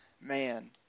man